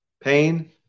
Pain